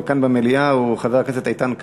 כאן במליאה הוא חבר הכנסת איתן כבל.